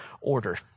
order